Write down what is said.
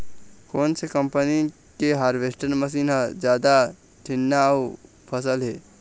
कोन से कम्पनी के हारवेस्टर मशीन हर जादा ठीन्ना अऊ सफल हे?